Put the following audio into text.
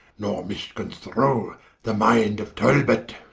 nor misconster the minde of talbot,